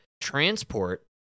transport